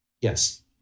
Yes